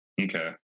Okay